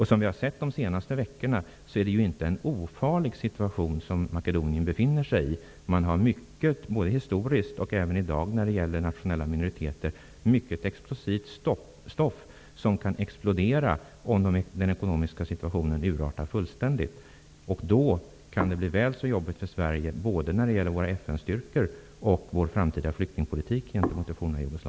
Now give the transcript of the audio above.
Som vi har sett de senaste veckorna är det ju inte en ofarlig situation som Makedonien befinner sig i. När det gäller nationella minoriteter har man, både historiskt och i dag, mycket explosivt stoff som kan explodera om den ekonomiska situationen urartar fullständigt. Då kan det bli väl så jobbigt för Sverige när det gäller våra FN-styrkor och vår framtida flyktingpolitik gentemot det forna